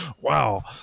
Wow